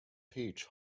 peach